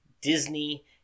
Disney